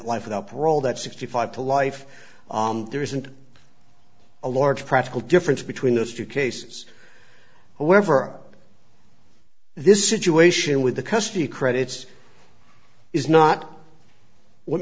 life without parole that sixty five to life there isn't a large practical difference between those two cases whoever this situation with the custody credits is not what